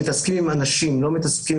לכן אני חושב,